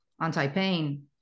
anti-pain